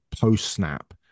post-snap